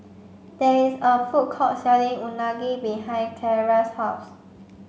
there is a food court selling Unagi behind Clara's house